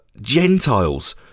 Gentiles